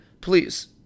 Please